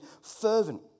fervent